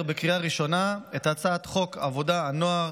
בקריאה ראשונה את הצעת חוק עבודת הנוער,